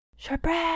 Shortbread